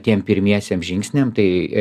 tiem pirmiesiem žingsniam tai